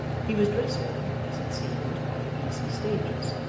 he was dressing, as it seemed, by easy stages,